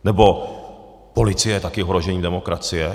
Nebo policie je taky ohrožení demokracie?